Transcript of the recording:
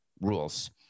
rules